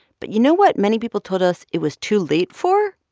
but you know what many people told us it was too late for?